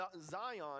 Zion